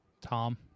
Tom